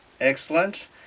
Excellent